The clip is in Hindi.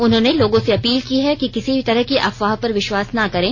उन्होंने लोगों से अपील की है कि किसी तरह की अफवाह पर विश्वास ना करें